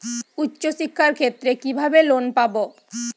উচ্চশিক্ষার ক্ষেত্রে কিভাবে লোন পাব?